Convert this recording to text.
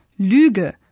lüge